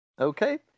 Okay